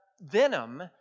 venom